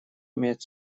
имеет